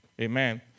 Amen